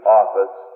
office